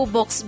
Box